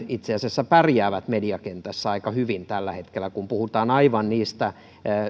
itse asiassa pärjäävät mediakentässä aika hyvin tällä hetkellä kun puhutaan